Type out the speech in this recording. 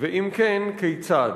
ואם כן, כיצד?